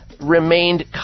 remained